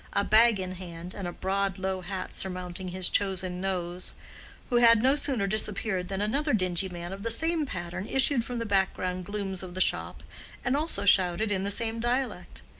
a bag in hand, and a broad low hat surmounting his chosen nose who had no sooner disappeared than another dingy man of the same pattern issued from the background glooms of the shop and also shouted in the same dialect.